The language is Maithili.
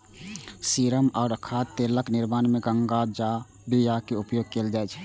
सीरम आ खाद्य तेलक निर्माण मे गांजाक बिया के उपयोग कैल जाइ छै